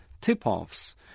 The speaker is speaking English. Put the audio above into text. tip-offs